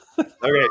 okay